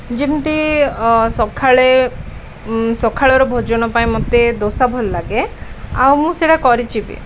ଯେମିତି ସକାଳେ ସକାଳର ଭୋଜନ ପାଇଁ ମୋତେ ଦୋସା ଭଲ ଲାଗେ ଆଉ ମୁଁ ସେଇଟା କରିଛି ବି